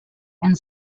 and